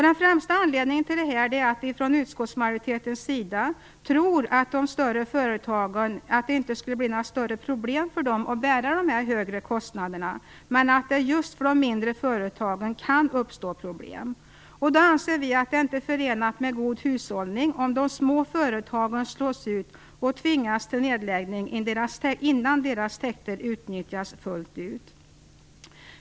Den främsta anledningen till detta är att vi från utskottsmajoriteten tror att för de större företagen inte skulle innebära några problem att bära de högre kostnaderna men att det för de mindre företagen kan uppstå problem. Det är inte förenat med god hushållning om de små företagen slås ut och tvingas till nedläggning innan deras täkter utnyttjas fullt ut.